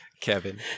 Kevin